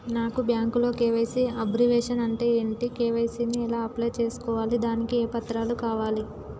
నాకు బ్యాంకులో KYC abbreviation అంటే ఏంటి కే.వై.సీ ని ఎలా అప్లై చేసుకోవాలి దానికి ఏ పత్రాలు కావాలి?